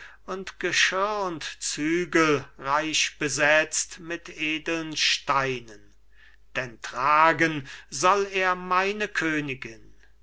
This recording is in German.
und geschirr und zügel reich besetzt mit edeln steinen denn tragen soll er meine königin